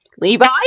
Levi